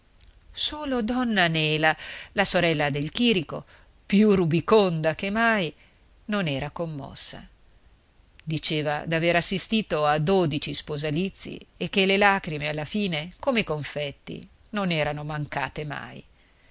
solo donna nela la sorella del chìrico più rubiconda che mai non era commossa diceva d'aver assistito a dodici sposalizii e che le lagrime alla fine come i confetti non erano mancati mai